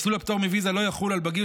מסלול הפטור מוויזה לא יחול על בגיר